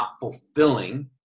fulfilling